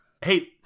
hey